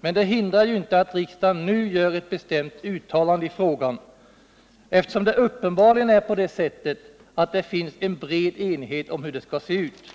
men det hindrar ju inte att riksdagen nu gör ett bestämt uttalande i frågan, eftersom det uppenbarligen är på det sättet att det finns en bred enighet om hur det skall se ut.